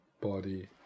body